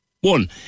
One